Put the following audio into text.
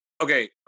okay